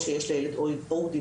או שיש לילד ODD,